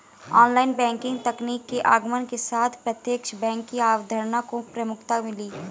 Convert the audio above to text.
online banking तकनीक के आगमन के साथ प्रत्यक्ष बैंक की अवधारणा को प्रमुखता मिली